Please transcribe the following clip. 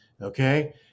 Okay